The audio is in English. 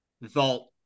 vault